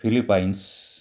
Philippines